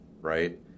right